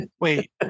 Wait